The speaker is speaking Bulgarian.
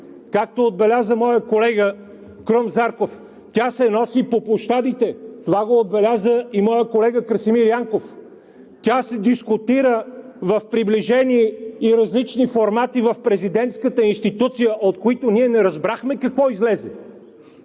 както отбеляза моят колега Крум Зарков, а тя се носи по площадите. Това го отбеляза и моят колега Красимир Янков, тя се дискутира в приближени и различни формати в президентската институция, от които не разбрахме какво излезе.